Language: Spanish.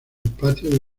patio